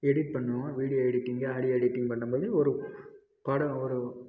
edit பண்ணுவோம் video editing audio editing பண்ணும் போது ஒரு படம் ஒரு